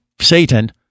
Satan